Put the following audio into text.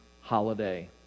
holiday